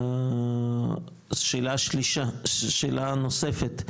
שאלה נוספת,